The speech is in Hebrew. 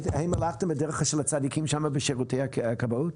האם הלכתם בדרך של הצדיקים שם בשירותי הכבאות?